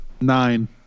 Nine